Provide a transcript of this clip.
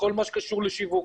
בכל מה שקשור לשיווק,